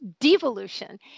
devolution